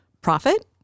profit